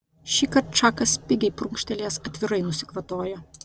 šįkart čakas spigiai prunkštelėjęs atvirai nusikvatojo